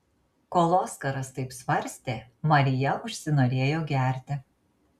kol oskaras taip svarstė marija užsinorėjo gerti